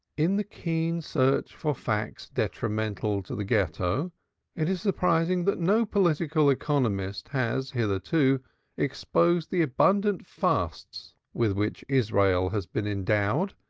in the keen search for facts detrimental to the ghetto it is surprising that no political economist has hitherto exposed the abundant fasts with which israel has been endowed,